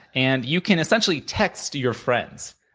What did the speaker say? and you can, essentially, text your friends,